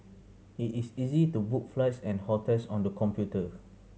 it is easy to book flights and hotels on the computer